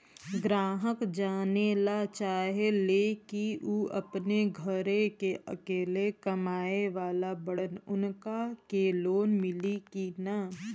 ग्राहक जानेला चाहे ले की ऊ अपने घरे के अकेले कमाये वाला बड़न उनका के लोन मिली कि न?